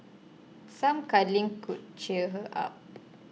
some cuddling could cheer her up